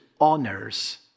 honors